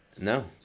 No